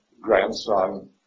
grandson